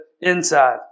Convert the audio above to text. inside